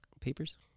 Papers